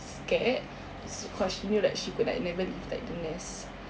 scared cause she knew that she could like never leave like the nest